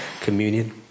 communion